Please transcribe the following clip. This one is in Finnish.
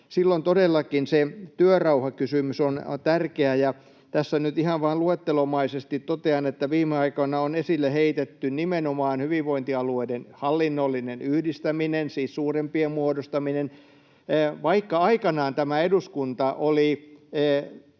silloin todellakin se työrauhakysymys on tärkeä. Tässä nyt ihan vain luettelomaisesti totean, että viime aikoina on esille heitetty nimenomaan hyvinvointialueiden hallinnollinen yhdistäminen, siis suurempien muodostaminen, vaikka aikanaan tämä eduskunta oli